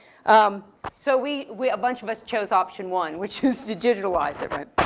um so we, we, a bunch of us chose option one, which is to digitalize it, right?